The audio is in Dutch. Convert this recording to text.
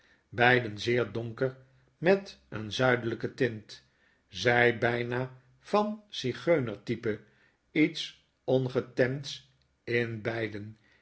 beiden zeer donker met een zuidelyken tint zy byna van zigeuner type iets ongetemds in beiden